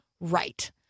right